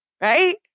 right